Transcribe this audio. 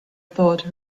thought